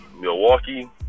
Milwaukee